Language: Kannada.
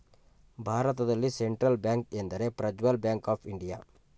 ಭಾರತದಲ್ಲಿ ಸೆಂಟ್ರಲ್ ಬ್ಯಾಂಕ್ ಎಂದರೆ ಪ್ರಜ್ವಲ್ ಬ್ಯಾಂಕ್ ಆಫ್ ಇಂಡಿಯಾ